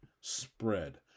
spread